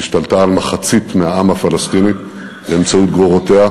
היא השתלטה על מחצית מהעם הפלסטיני באמצעות גרורותיה,